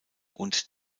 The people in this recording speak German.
und